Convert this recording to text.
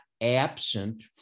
absent